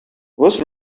was